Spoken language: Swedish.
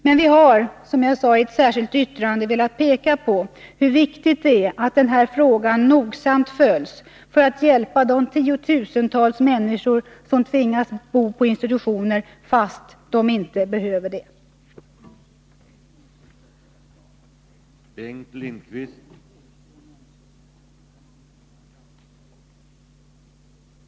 Men vi har, som jag sade, i ett särskilt yttrande velat peka på hur viktigt det är att denna fråga nogsamt följs, så att de tiotusentals människor som tvingas bo på institutioner fast de inte behöver det kan få hjälp.